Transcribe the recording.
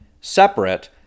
separate